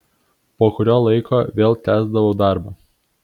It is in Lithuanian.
po kurio laiko vėl tęsdavau darbą